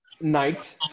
night